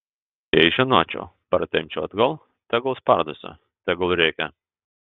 jei žinočiau partempčiau atgal tegul spardosi tegul rėkia